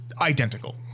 identical